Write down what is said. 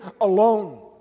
alone